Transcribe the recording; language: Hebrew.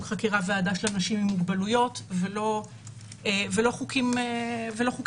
חקירה והעדה של אנשים עם מוגבלויות ולא חוקים נוספים